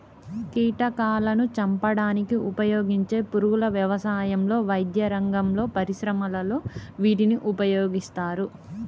కీటకాలాను చంపడానికి ఉపయోగించే పురుగుల వ్యవసాయంలో, వైద్యరంగంలో, పరిశ్రమలలో వీటిని ఉపయోగిస్తారు